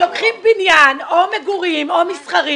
שלוקחים בניין או מגורים או מסחרי